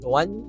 one